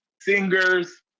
Singers